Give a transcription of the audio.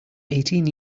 eighteen